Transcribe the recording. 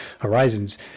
horizons